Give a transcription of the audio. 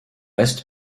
est